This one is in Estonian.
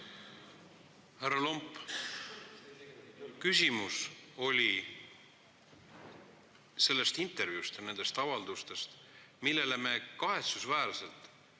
Härra Lomp! Küsimus oli sellest intervjuust ja nendest avaldustest, millele me kahetsusväärselt